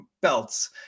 belts